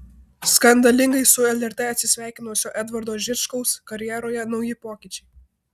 skandalingai su lrt atsisveikinusio edvardo žičkaus karjeroje nauji pokyčiai